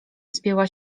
wspięła